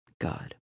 God